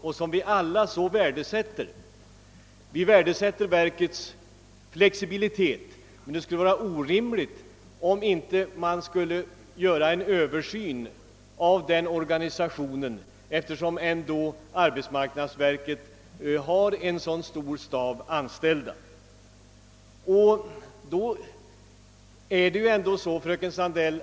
Vi sätter alla värde på det arbete som verket har utfört och uppskattar verkets flexibilitet, men en översyn torde ändå inte vara omotiverad.